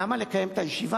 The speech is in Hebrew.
למה לקיים את הישיבה?